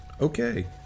Okay